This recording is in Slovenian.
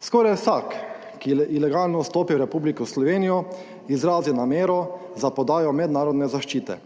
Skoraj vsak, ki ilegalno vstopi v Republiko Slovenijo izrazi namero za podajo mednarodne zaščite,